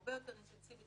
הרבה יותר אינטנסיבית.